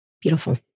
Beautiful